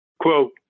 quote